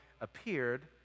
appeared